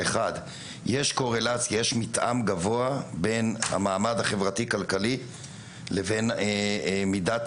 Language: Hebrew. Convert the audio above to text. יש מתאם גבוה בין המעמד החברתי כלכלי לבין מידת